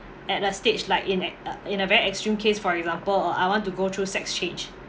at that stage like in ac~ uh a very extreme case for example uh I want to go through sex change